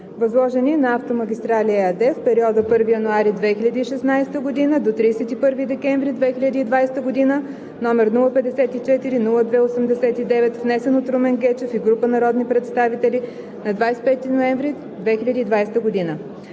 възложени на „Автомагистрали“ ЕАД в периода 1 януари 2016 г. – 31 декември 2020 г., № 054-02-89, внесен от Румен Гечев и група народни представители на 25 ноември 2020 г.